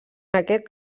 aquest